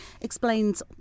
explains